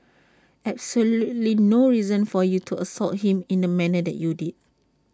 absolutely no reason for you to assault him in the manner that you did